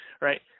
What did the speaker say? right